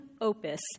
opus